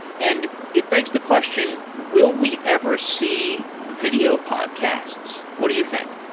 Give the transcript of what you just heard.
and it begs the question will we ever see video podcasts? what do you think?